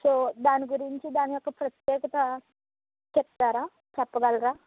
so దాని గురించి దాని యొక్క ప్రత్యేకత చెప్తారా చెప్పగలరా